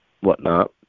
whatnot